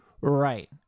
Right